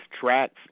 tracks